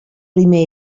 primer